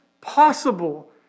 possible